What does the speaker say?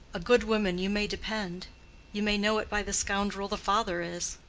a good woman, you may depend you may know it by the scoundrel the father is.